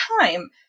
time